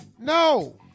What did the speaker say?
No